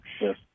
Yes